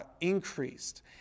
increased